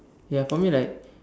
ya for me like